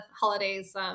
holidays